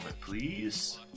please